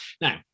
now